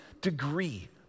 degree